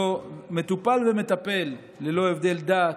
מטופל ומטפל, ללא הבדל דת,